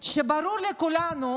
שברור לכולנו